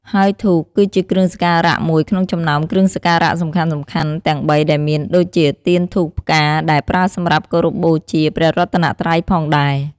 ហើយធូប គឺជាគ្រឿងសក្ការៈមួយក្នុងចំណោមគ្រឿងសក្ការៈសំខាន់ៗទាំងបីដែលមានដូចជាទៀន ធូប ផ្កា ដែលប្រើសម្រាប់គោរពបូជាព្រះរតនត្រ័យផងដែរ។